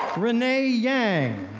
renee yang,